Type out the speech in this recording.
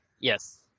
Yes